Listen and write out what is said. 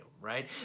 Right